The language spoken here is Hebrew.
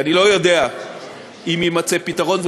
כי אני לא יודע אם יימצא פתרון,